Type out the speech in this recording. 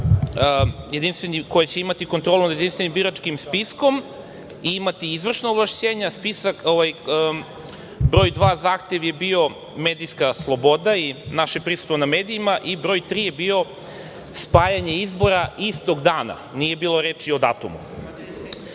koja će imati kontrolu nad Jedinstvenim biračkim spiskom i imati izvršna ovlašćenja, broj dva zahtev je bio medijska sloboda i naše prisustvo na medijima i broj tri je bio spajanje izbora istog dana. Nije bilo reči o